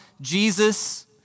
Jesus